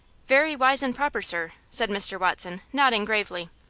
very wise and proper, sir, said mr. watson, nodding gravely.